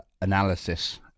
analysis